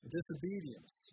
Disobedience